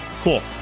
Cool